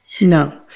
No